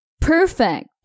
Perfect